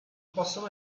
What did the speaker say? possono